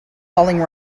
falling